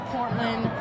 Portland